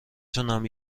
تونم